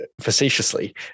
facetiously